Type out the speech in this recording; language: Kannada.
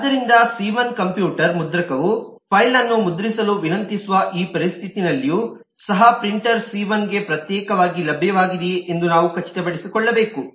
ಆದ್ದರಿಂದ ಸಿ1 ಕಂಪ್ಯೂಟರ್1 ಮುದ್ರಕವು ಫೈಲ್1 ಅನ್ನು ಮುದ್ರಿಸಲು ವಿನಂತಿಸುವ ಈ ಪರಿಸ್ಥಿತಿಯಲ್ಲಿಯೂ ಸಹ ಪ್ರಿಂಟರ್ ಸಿ1 ಗೆ ಪ್ರತ್ಯೇಕವಾಗಿ ಲಭ್ಯವಾಗಿದೆಯೆ ಎಂದು ನಾವು ಖಚಿತಪಡಿಸಿಕೊಳ್ಳಬೇಕು